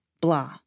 blah